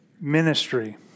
ministry